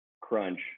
crunch